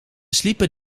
sliepen